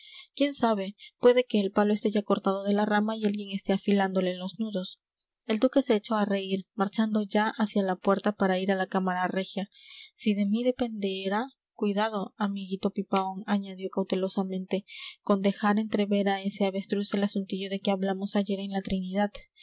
quién sabe puede que el palo esté ya cortado de la rama y alguien esté afilándole los nudos el duque se echó a reír marchando ya hacia la puerta para ir a la cámara regia si de mí dependiera cuidado amiguito pipaón añadió cautelosamente con dejar entrever a ese avestruz el asuntillo de que hablamos ayer en la trinidad